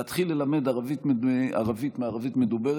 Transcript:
להתחיל ללמד ערבית מערבית מדוברת,